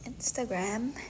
instagram